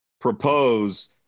propose